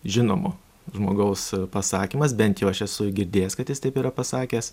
žinomo žmogaus pasakymas bent jau aš esu jį girdėjęs kad jis taip yra pasakęs